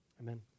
Amen